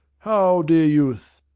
how, dear youth?